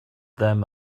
them